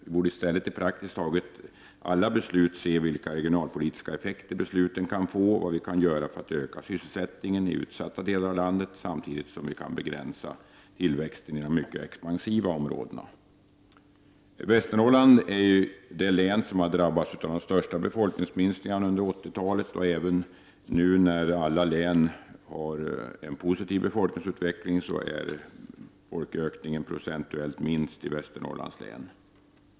Vi borde i stället vid praktiskt taget alla beslut se efter vilka regionalpolitiska effekter besluten kan få och vad vi kan göra för att öka sysselsättningen i utsatta delar av landet och samtidigt begränsa tillväxten i de mycket expansiva områdena. Västernorrlands län är det län som drabbats av den största befolkningsminskningen under 1980-talet, och även nu när alla län har en positiv befolkningsutveckling är folkökningen procentuellt minst i Västernorrlands län.